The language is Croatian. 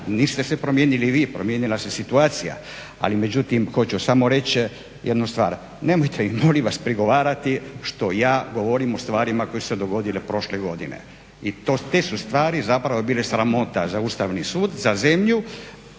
niste se promijenili vi, promijenila se situacija, ali međutim hoću samo reći jednu stvar. Nemojte mi molim vas prigovarati što ja govorim o stvarima koje su se dogodile prošle godine i te su stvari zapravo bile sramota za Ustavni sud, za zemlju